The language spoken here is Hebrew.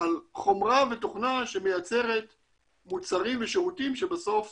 על חומרה ותוכנה שמייצרת מוצרים ושירותים שבסוף